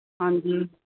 ਹਾਂਜੀ